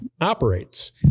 Operates